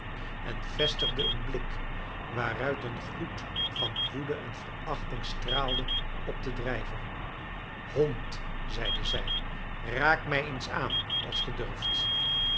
en vestigde een blik waaruit een gloed van woede en verachting straalde op den drijver hond zeide zij raak mij eens aan als